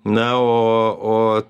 na o o